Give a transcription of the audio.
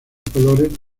colores